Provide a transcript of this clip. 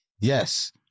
Yes